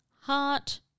heart